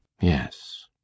Yes